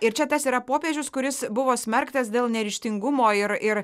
ir čia tas yra popiežius kuris buvo smerktas dėl neryžtingumo ir ir